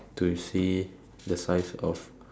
to see the size of